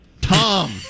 Tom